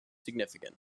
significant